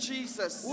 Jesus